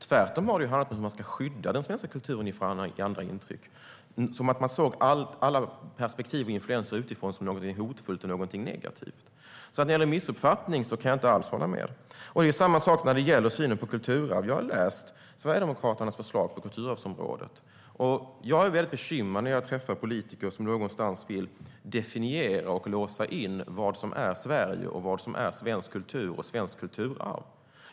Tvärtom har det alltid handlat om hur man ska skydda den svenska kulturen från andra intryck, som om alla perspektiv och influenser utifrån är någonting hotfullt och negativt. När det gäller att det skulle vara en missuppfattning kan jag alltså inte alls hålla med. Det är samma sak när det gäller synen på kulturarv. Jag har läst Sverigedemokraternas förslag på kulturarvsområdet. Jag blir bekymrad när jag träffar politiker som vill definiera och låsa in vad som är Sverige och vad som är svensk kultur och svenskt kulturarv.